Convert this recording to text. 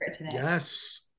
Yes